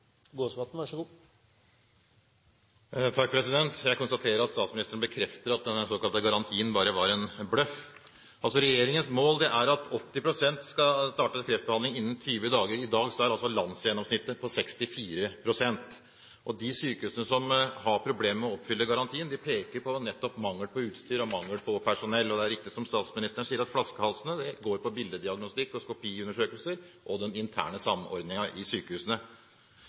Jeg konstaterer at statsministeren bekrefter at den såkalte garantien bare var en bløff. Regjeringens mål er at 80 pst. skal ha startet kreftbehandling innen 20 dager. I dag er landsgjennomsnittet på 64 pst. De sykehusene som har problemer med å oppfylle garantien, peker nettopp på mangel på utstyr og mangel på personell. Det er riktig som statsministeren sier, at flaskehalsene går på billeddiagnostikk og skopiundersøkelser og den interne samordningen i sykehusene.